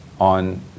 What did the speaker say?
on